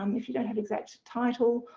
um if you don't have exact title,